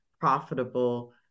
profitable